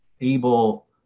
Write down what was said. able